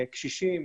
קשישים,